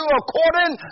according